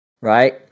Right